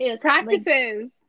practices